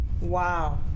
Wow